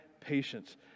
patience